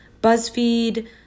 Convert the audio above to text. BuzzFeed